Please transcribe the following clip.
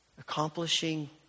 accomplishing